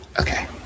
okay